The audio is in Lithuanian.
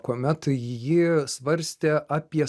kuomet ji svarstė apie